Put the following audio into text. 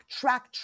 track